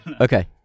Okay